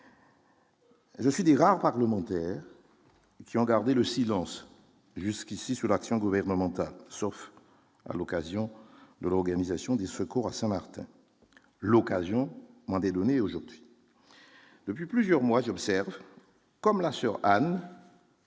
Je suis des rares parlementaires qui ont gardé le silence jusqu'ici sur l'action gouvernementale, sauf à l'occasion de l'organisation des secours à Saint-Martin l'occasion moins des données aujourd'hui. Depuis plusieurs mois, j'observe, comme l'assure.